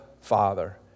Father